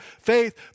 faith